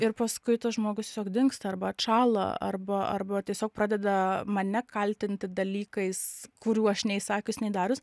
ir paskui tas žmogus tiesiog dingsta arba atšąla arba arba tiesiog pradeda mane kaltinti dalykais kurių aš nei sakius nei darius